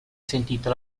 sentita